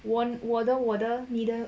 我的我的你的你的